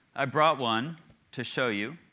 i brought one to show you.